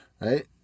right